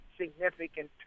significant